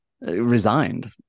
resigned